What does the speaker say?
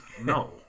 No